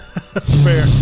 Fair